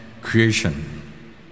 creation